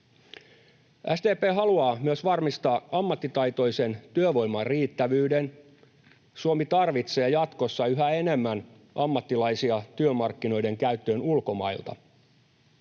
SDP haluaa myös varmistaa ammattitaitoisen työvoiman riittävyyden. Suomi tarvitsee jatkossa yhä enemmän ammattilaisia työmarkkinoiden käyttöön ulkomailta.